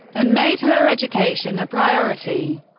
and made her education a priority.